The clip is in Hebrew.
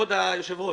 כבוד היושב-ראש,